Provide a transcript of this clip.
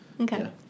okay